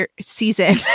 season